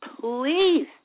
Please